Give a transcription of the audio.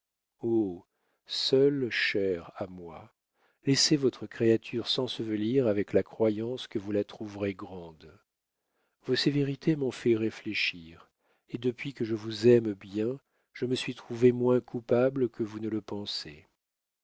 seul cher à moi laissez votre créature s'ensevelir avec la croyance que vous la trouverez grande vos sévérités m'ont fait réfléchir et depuis que je vous aime bien je me suis trouvée moins coupable que vous ne le pensez